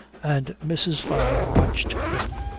and mrs. fyne watched them,